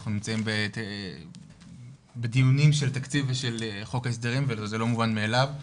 אנחנו נמצאים בדיונים של תקציב ושל חוק ההסדרים וזה לא מובן מאליו,